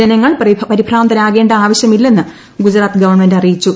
ജനങ്ങൾ പരിഭ്രാന്തരാകേണ്ട ആവശ്യമില്ലെന്ന് ഗുജറാത്ത് ഗവൺമെന്റ് അറിയിച്ചു